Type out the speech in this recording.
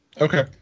Okay